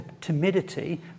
timidity